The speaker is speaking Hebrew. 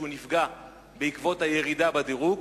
שנפגע בעקבות הירידה בדירוג,